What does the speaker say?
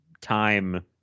time